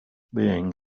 being